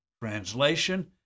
Translation